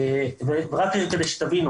רק שתבינו